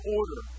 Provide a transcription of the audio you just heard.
order